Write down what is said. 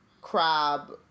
Crab